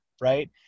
Right